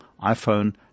iPhone